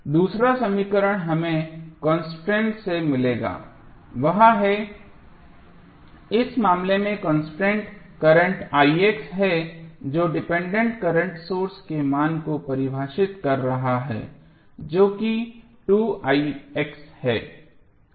दूसरा समीकरण जो हमें कंसन्ट्रेट से मिलेगा वह है इस मामले में कंसन्ट्रेट करंट है जो डिपेंडेंट करंट सोर्स के मान को परिभाषित कर रहा है जो कि है